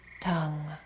tongue